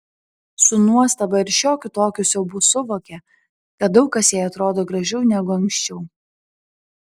su nuostaba ir šiokiu tokiu siaubu suvokė kad daug kas jai atrodo gražiau negu anksčiau